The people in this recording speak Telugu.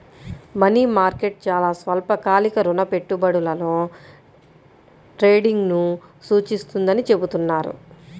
మనీ మార్కెట్ చాలా స్వల్పకాలిక రుణ పెట్టుబడులలో ట్రేడింగ్ను సూచిస్తుందని చెబుతున్నారు